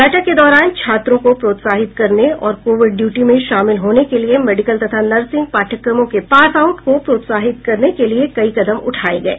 बैठक के दौरान छात्रों को प्रोत्साहित करने और कोविड ड्यूटी में शामिल होने के लिये मेडिकल तथा नर्सिंग पाठ्यक्रमों के पास आउट को प्रोत्साहित करने के लिये कई कदम उठाये गये